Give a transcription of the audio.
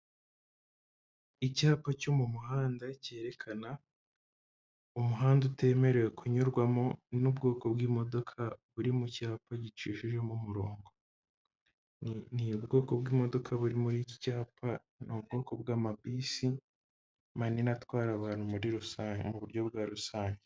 Icyapa cyo mu muhanda cyerekana umuhanda utemerewe kunyurwamo n'ubwoko bw'imodoka buri mu cyapa gicishije mu umurongo, ni n'ubwoko bw'imodoka buri muri iki cyapa, ni ubwoko bw'amabisi manini atwara abantu muri rusange, mu buryo bwa rusange.